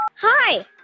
Hi